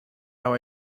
how